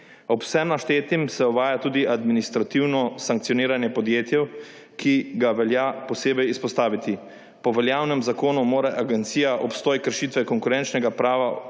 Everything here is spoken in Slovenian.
Ob vsem naštetem se uvaja tudi administrativno sankcioniranje podjetij, ki ga velja posebej izpostaviti. Po veljavnem zakonu mora agencija obstoj kršitve konkurenčnega prava